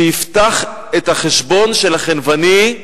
שיפתח את החשבון של החנווני,